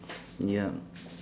ya